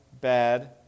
bad